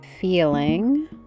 feeling